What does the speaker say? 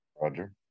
Roger